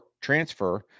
transfer